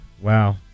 Wow